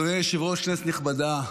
אדוני היושב-ראש, כנסת נכבדה,